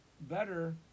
Better